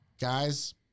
guys